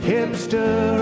Hipster